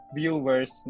viewers